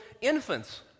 infants